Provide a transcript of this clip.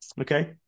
Okay